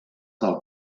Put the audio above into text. del